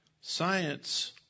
science